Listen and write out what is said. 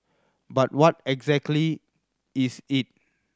but what exactly is it